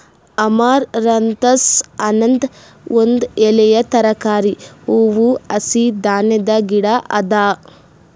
amaranthus ಅನದ್ ಒಂದ್ ಎಲೆಯ ತರಕಾರಿ, ಹೂವು, ಹಸಿ ಧಾನ್ಯದ ಗಿಡ ಅದಾ